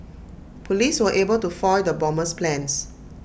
Police were able to foil the bomber's plans